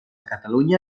catalunya